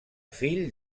fill